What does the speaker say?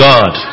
God